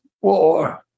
war